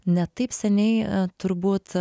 ne taip seniai turbūt